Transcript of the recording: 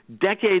decades